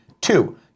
Two